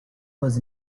was